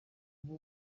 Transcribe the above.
uba